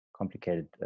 complicated